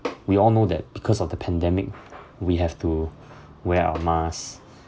we all know that because of the pandemic we have to wear our mask